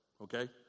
okay